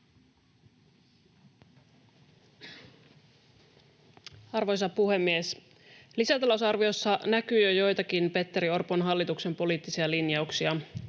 Arvoisa puhemies! Lisätalousarviossa näkyy jo joitakin Petteri Orpon hallituksen poliittisia linjauksia: